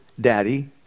daddy